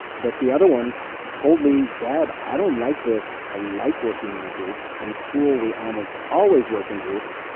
but the other one told me, dad, i don't like this. i like working in groups. in school, we almost always work in groups.